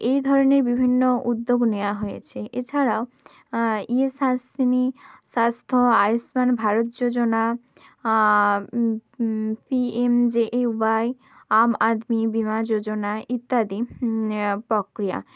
এই ধরনের বিভিন্ন উদ্যোগ নেওয়া হয়েছে এছাড়াও যশশ্বিনী স্বাস্থ্য আয়ুষ্মান ভারত যোজনা পিএমজেএওয়াই আম আদমি বিমা যোজনা ইত্যাদি প্রক্রিয়া